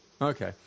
okay